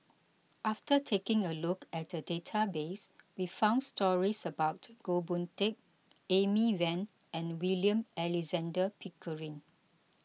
after taking a look at the database we found stories about Goh Boon Teck Amy Van and William Alexander Pickering